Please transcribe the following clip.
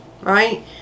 right